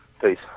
Peace